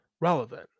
relevant